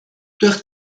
durch